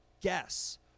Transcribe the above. guess